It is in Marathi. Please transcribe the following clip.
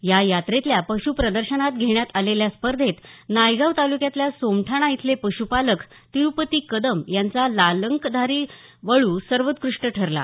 या यात्रेतल्या पश्रप्रदर्शनात घेण्यात आलेल्या स्पर्धेत नायगाव तालुक्यायतल्या सोमठाणा इथले पश्रपालक तिरुपती कदम यांचा लालकंधारी वळू सर्वोत्कृलष्टा ठरला